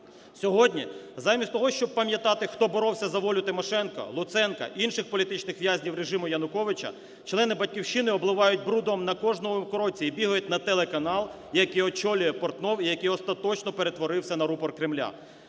Сьогодні замість того, щоб пам'ятати, хто боровся за волю Тимошенко, Луценка, інших політичних в'язнів режиму Януковича, члени "Батьківщини" обливають брудом на кожному кроці і бігають на телеканал, який очолює Портнов і який остаточно перетворився на рупор Кремля.